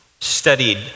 studied